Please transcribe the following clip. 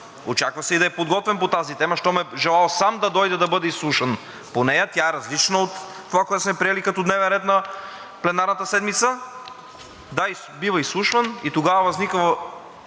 очаква се и да е подготвен по тази тема, щом е пожелал сам да дойде да бъде изслушан по нея, тя е различна от това, което сме приели като дневен ред на пленарната седмица, да, бива изслушван и тогава възниква